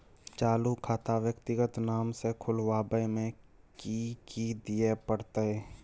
चालू खाता व्यक्तिगत नाम से खुलवाबै में कि की दिये परतै?